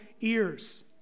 ears